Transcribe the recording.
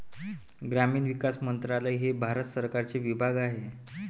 ग्रामीण विकास मंत्रालय हे भारत सरकारचे विभाग आहे